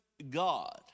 God